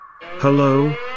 Hello